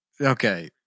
Okay